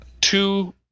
two